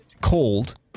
called –